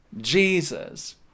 Jesus